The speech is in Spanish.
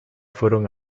fueron